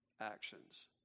actions